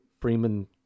Freeman